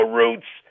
roots